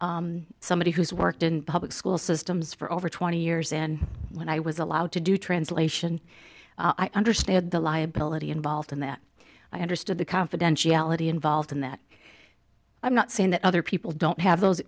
misguided somebody who's worked in public school systems for over twenty years in when i was allowed to do translation i understand the liability involved in that i understood the confidentiality involved in that i'm not saying that other people don't have those